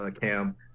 cam